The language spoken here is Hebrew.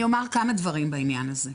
אני אומר כמה דברים בעניין הזה.